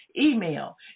email